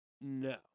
No